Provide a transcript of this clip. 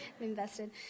invested